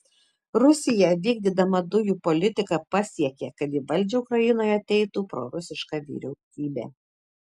rusija vykdydama dujų politiką pasiekė kad į valdžią ukrainoje ateitų prorusiška vyriausybė